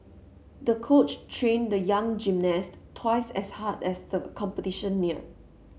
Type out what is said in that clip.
the coach trained the young gymnast twice as hard as the competition neared